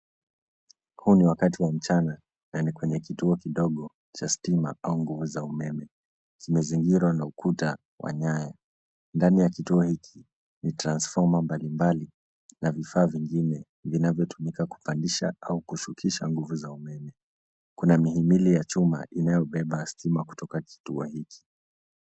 Huu ni wakati wa mchana na ni kwenye kituo kidogo cha stima au nguvu za umeme. Zimezingirwa na ukuta wa nyaya. Ndani ya kituo hiki ni transformer mbali mbali na vifaa vingine vinavyotumika kupandisha au kushukisha nguvu za umeme. Kuna mihimili ya chuma inayo beba stima kutoka kituo hiki.